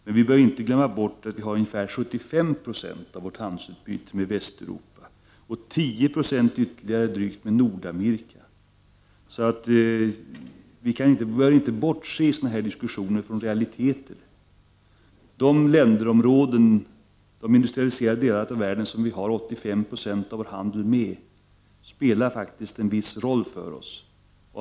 Men vi får inte glömma bort att vi har ungefär 75 90 av vårt handelsutbyte med Västeuropa och drygt 10 26 med Nordamerika. Vi bör inte i sådana här diskussioner bortse ifrån sådana realiteter. De industrialiserade delar av världen som vi har 85 96 av vår handel med spelar faktiskt en viss roll för oss.